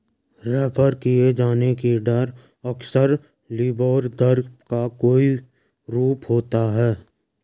refer किये जाने की दर अक्सर लिबोर दर का कोई रूप होता है